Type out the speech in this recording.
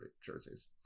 jerseys